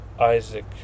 Isaac